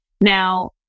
Now